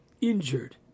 injured